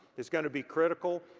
it's gonna be critical.